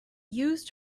used